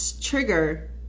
trigger